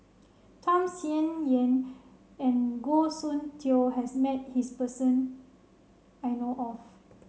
Tham Sien Yen and Goh Soon Tioe has met his person I know of